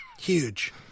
huge